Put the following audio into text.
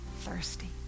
thirsty